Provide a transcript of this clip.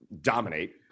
dominate